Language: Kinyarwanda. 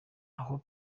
aho